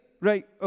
right